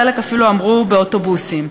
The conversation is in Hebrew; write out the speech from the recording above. חלק אפילו אמרו "באוטובוסים".